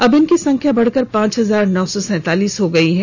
अब इनकी संख्या बढ़कर पांच हजार नौ सौ सैंतालीस हो गई है